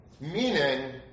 Meaning